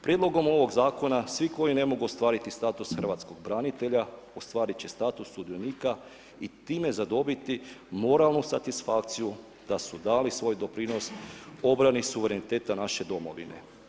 Prijedlogom ovog zakona svi koji ne mogu ostvariti status hrvatskog branitelja ostvarit će status sudionika i time zadobiti moralnu satisfakciju da su dali svoj doprinos obrani suvereniteta naše domovine.